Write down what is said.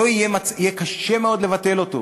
יהיה קשה מאוד לבטל אותו.